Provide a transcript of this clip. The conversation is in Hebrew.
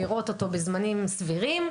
לראות אותו בזמנים סבירים.